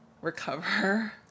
recover